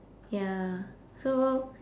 ya so